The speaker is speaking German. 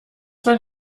wenn